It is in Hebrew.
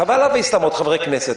חבל להביא סתם עוד חברי כנסת.